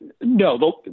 No